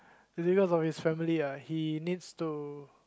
it's because of his family ah he needs to